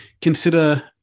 consider